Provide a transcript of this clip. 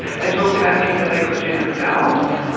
they talked about things that they could do themselves,